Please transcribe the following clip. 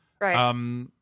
Right